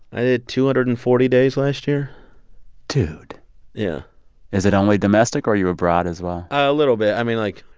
i did two hundred and forty days last year dude yeah is it only domestic? or are you abroad as well? a little bit. i mean, like,